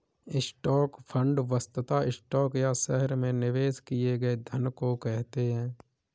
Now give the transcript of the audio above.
stock fund वस्तुतः stock या शहर में निवेश किए गए धन को कहते हैं